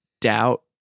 doubt